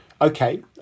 Okay